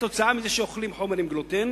כתוצאה מזה שאוכלים חומר עם גלוטן,